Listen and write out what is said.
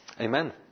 Amen